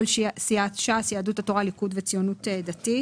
כל סיעת ש"ס, יהדות התורה, ליכוד וציונות דתית.